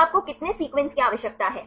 तो आपको कितने सीक्वेंस की आवश्यकता है